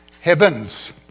Heavens